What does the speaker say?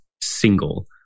single